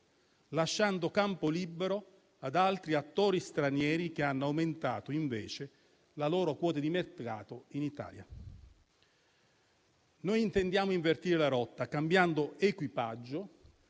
lasciando campo libero ad altri attori stranieri che hanno aumentato invece la loro quota di mercato in Italia. Noi intendiamo invertire la rotta cambiando equipaggio